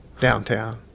downtown